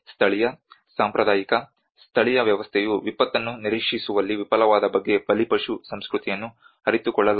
ಸ್ಥಳೀಯ ಸಾಂಪ್ರದಾಯಿಕ ಸ್ಥಳೀಯ ವ್ಯವಸ್ಥೆಯು ವಿಪತ್ತನ್ನು ನಿರೀಕ್ಷಿಸುವಲ್ಲಿ ವಿಫಲವಾದ ಬಗ್ಗೆ ಬಲಿಪಶು ಸಂಸ್ಕೃತಿಯನ್ನು ಅರಿತುಕೊಳ್ಳಲಾಗುತ್ತದೆ